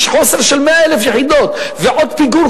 יש חוסר של 100,000 יחידות ועוד פיגור,